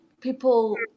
People